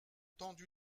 tendu